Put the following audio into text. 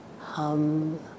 hum